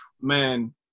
Man